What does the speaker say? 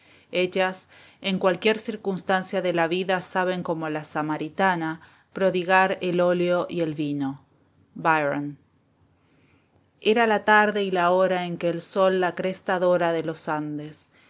ellas en cualquier circunstancia de la vida saben como la samaritana prodigar el óleo y el vino primera parte el desierto lis vont l'espace est grrand hugo era la tarde y la hora en que el sol la cresta dora de los andes